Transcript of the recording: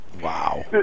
Wow